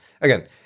Again